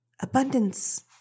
Abundance